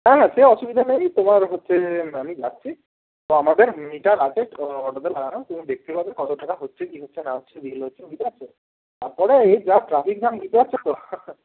হ্যাঁ হ্যাঁ সে অসুবিধা নেই তোমার হচ্ছে আমি যাচ্ছি তো আমাদের মিটার আছে অটোতে লাগানো তুমি দেখতে পাবে কত টাকা হচ্ছে কি হচ্ছে না হচ্ছে বিল হচ্ছে বুঝতে পারছ তারপরে এই যা ট্রাফিক জ্যাম বুঝতে পারছ তো হ্যাঁ হ্যাঁ